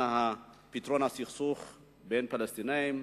פתרון הסכסוך בינינו לבין פלסטינים,